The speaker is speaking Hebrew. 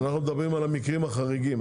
אנחנו מדברים על המקרים החריגים.